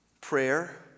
prayer